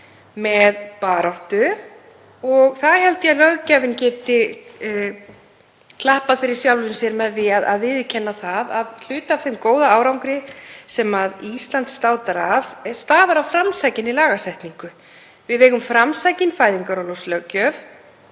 með baráttu og þar held ég að löggjafinn geti klappað fyrir sjálfum sér með því að viðurkenna það að hluti af þeim góða árangri sem Ísland státar af stafar af framsækinni lagasetningu. Við eigum framsækin fæðingarorlofslög,